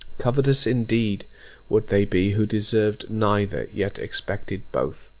covetous indeed would they be, who deserved neither, yet expected both!